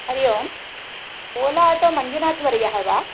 Hari Om ola auto Manjunath वर्यः वा